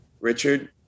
Richard